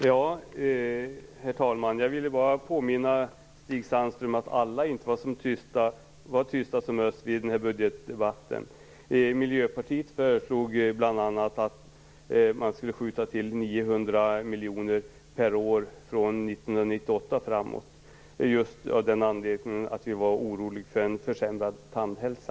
Herr talman! Jag ville bara påminna Stig Sandström om att inte alla var tysta som möss vid budgetdebatten. Miljöpartiet föreslog bl.a. att man skulle skjuta till 900 miljoner per år från 1998 och framåt, just av anledningen att vi var oroliga för en försämrad tandhälsa.